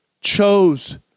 chose